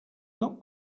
not